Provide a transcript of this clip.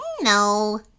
No